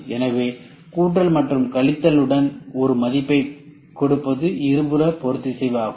எனவே கூட்டல் மற்றும் கழித்தல் உடன் ஒரு மதிப்பைக் கொடுப்பது இருபுற பொறுத்திசைவு ஆகும்